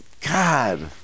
god